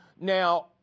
Now